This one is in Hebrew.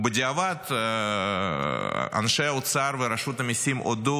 ובדיעבד אנשי האוצר ורשות המיסים הודו,